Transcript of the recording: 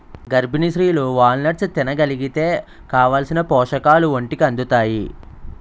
గర్భిణీ స్త్రీలు వాల్నట్స్ని తినగలిగితే కావాలిసిన పోషకాలు ఒంటికి అందుతాయి